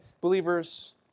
believers